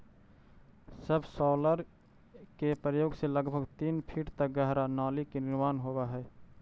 subsoiler के प्रयोग से लगभग तीन फीट तक गहरा नाली के निर्माण होवऽ हई